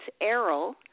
Errol